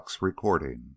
recording